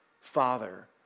father